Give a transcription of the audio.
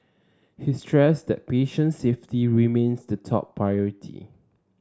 he stressed that patient safety remains the top priority